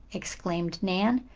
exclaimed nan.